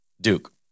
Duke